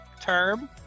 term